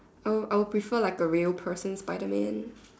I'll I'll prefer like a real person spider man